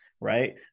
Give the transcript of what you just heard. Right